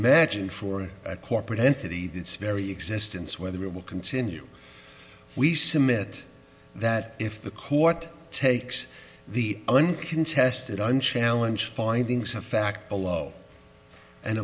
imagined for a corporate entity that's very existence whether it will continue we submit that if the court takes the uncontested on challenge findings of fact below and